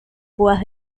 púas